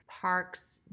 parks